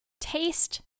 taste